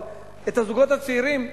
אבל הזוגות הצעירים,